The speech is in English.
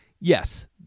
yes